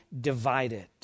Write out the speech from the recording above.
divided